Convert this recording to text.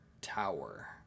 tower